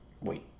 Wait